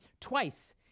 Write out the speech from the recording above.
twice